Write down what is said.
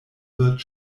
wird